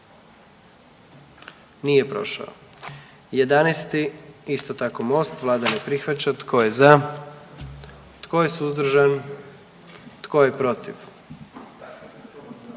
44. Kluba zastupnika SDP-a, vlada ne prihvaća. Tko je za? Tko je suzdržan? Tko je protiv?